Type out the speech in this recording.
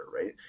right